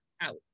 out